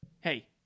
Hey